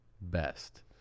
best